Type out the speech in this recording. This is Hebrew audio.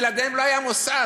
בלעדיהם לא היה מוסד.